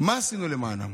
מה עשינו למענם?